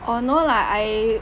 oh no lah I